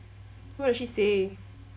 what does she say